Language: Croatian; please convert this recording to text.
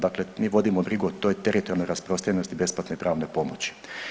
Dakle mi vodimo brigu o toj teritorijalnoj rasprostranjenosti besplatne pravne pomoći.